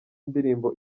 indirimbo